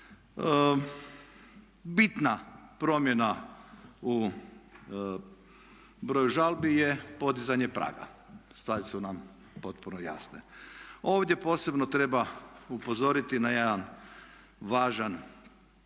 Bitna promjena u broju žalbi je podizanje praga. Stvari su nam potpuno jasne. Ovdje posebno treba upozoriti na jedan važan